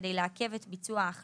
כדי לעכב את ביצוע ההחלטה,